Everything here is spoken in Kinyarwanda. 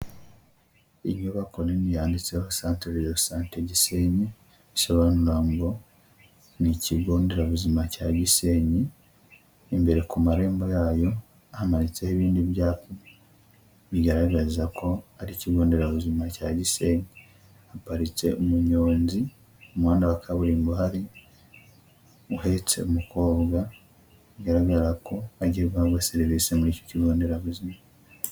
Inyubako nini yanditseho centre de sante Gisenyi, bisobanura ngo ni ikigo nderabuzima cya Gisenyi, imbere ku marembo yayo hamanitseho ibindi bigaragaza ko ari ikigo nderabuzima cya Gisenyi, haparitse umunyonzi mu muhanda wa kaburimbo uhari uhetse umukobwa, bigaragara ko agiye guhabwa serivise muri icyo kigo nderabuzima.